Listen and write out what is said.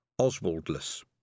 Oswaldless